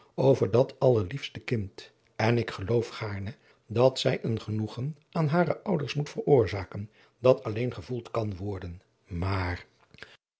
over dat allerliesste kind en ik geloof gaarne dat zij een genoegen aan hare ouders moet veroorzaken dat alleen gevoeld kan worden maar